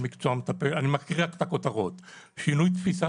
אני מקריא רק את הכותרות: שינוי תפיסה